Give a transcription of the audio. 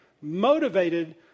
motivated